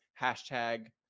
hashtag –